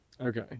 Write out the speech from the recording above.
Okay